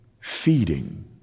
feeding